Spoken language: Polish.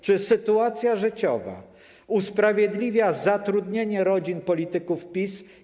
Czy sytuacja życiowa usprawiedliwia zatrudnienie rodzin polityków PiS?